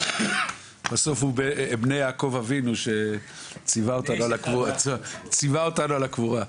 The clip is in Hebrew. בסוף כולנו בני יעקב אבינו שציווה אותנו על הקבורה.